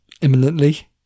imminently